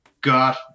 got